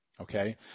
Okay